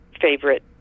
favorite